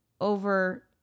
over